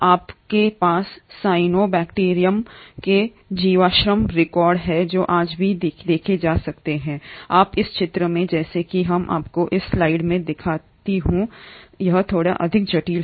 आपके पास सायनोबैक्टीरियम के जीवाश्म रिकॉर्ड हैं जो आज भी देखे जाते हैं और आप इस चित्र में जैसा कि मैं आपको इस स्लाइड में दिखाता हूं यह थोड़ा अधिक जटिल है